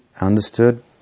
understood